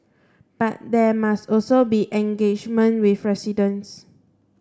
but there must also be engagement with residents